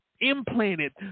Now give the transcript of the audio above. implanted